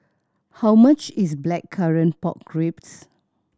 how much is Blackcurrant Pork Ribs